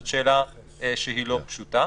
זאת שאלה שהיא לא פשוטה.